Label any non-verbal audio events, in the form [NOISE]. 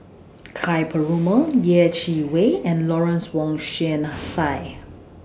[NOISE] Ka Perumal Yeh Chi Wei and Lawrence Wong Shyun [NOISE] Tsai